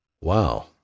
Wow